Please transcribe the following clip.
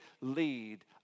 lead